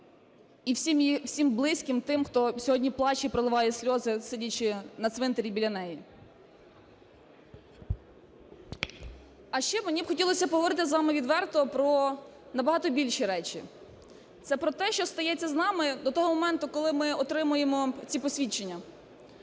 і всім близьким тим, хто сьогодні плаче і проливає сльози, сидячи на цвинтарі біля неї. А ще б мені хотілося поговорити з вами відверто про набагато більші речі. Це про те, що стається з нами до того моменту, коли ми отримуємо ці посвідчення.